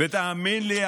ותאמין לי,